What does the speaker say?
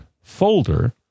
folder